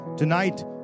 Tonight